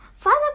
Father